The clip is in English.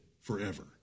forever